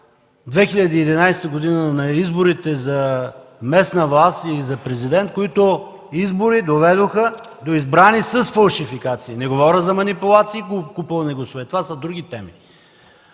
2011 г. на изборите за местна власт и за президент, които избори доведоха до избрани с фалшификации. Не говоря за манипулации и купуване на гласове. Това са други теми.